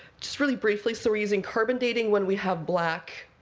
just really briefly so we're using carbon dating when we have black.